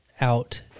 out